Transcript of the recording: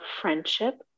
friendship